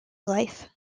life